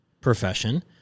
profession